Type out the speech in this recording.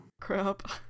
crap